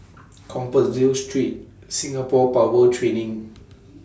Compassvale Street Singapore Power Training